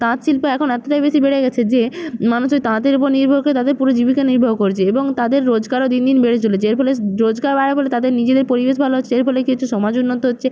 তাঁত শিল্প এখন এতটাই বেশি বেড়ে গিয়েছে যে মানুষ এই তাঁতের উপর নির্ভর করে তাদের পুরো জীবিকা নির্বাহ করছে এবং তাদের রোজগারও দিন দিন বেড়ে চলেছে এর ফলে রোজগার বাড়ার ফলে তাদের নিজেদের পরিবেশ ভালো হচ্ছে এর ফলে কী হচ্ছে সমাজ উন্নত হচ্ছে